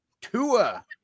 Tua